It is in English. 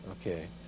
Okay